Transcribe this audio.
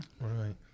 right